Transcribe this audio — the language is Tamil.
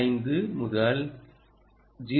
5 முதல் 0